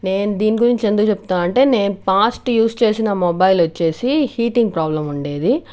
నేను దీనిగురించి ఎందుకు చెప్తున్నాను అంటే నేను పాస్ట్ యూస్ చేసిన మొబైల్ వచ్చేసి హీటింగ్ ప్రాబ్లెమ్ ఉండేది